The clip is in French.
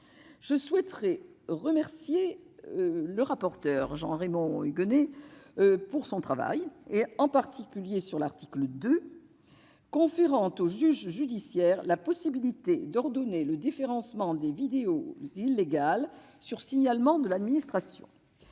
Je souhaite remercier le rapporteur, Jean-Raymond Hugonet, de son travail, en particulier sur l'article 2, qui tend à conférer au juge judiciaire la possibilité d'ordonner le déréférencement des vidéos illégales sur signalement de l'administration.